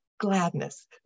Gladness